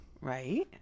Right